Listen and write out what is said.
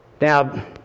now